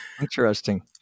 Interesting